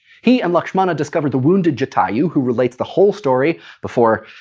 he and lakshmana discover the wounded jatayu, who relates the whole story before.